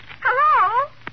Hello